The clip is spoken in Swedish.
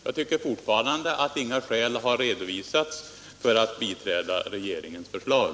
Jag tycker fortfarande inte att några skäl har redovisats för att biträda regeringens förslag.